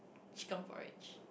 chicken porridge